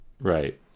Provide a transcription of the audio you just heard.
Right